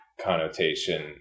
connotation